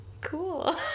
cool